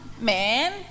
Man